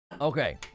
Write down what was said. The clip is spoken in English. Okay